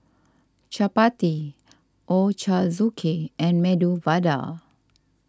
Chapati Ochazuke and Medu Vada